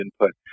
input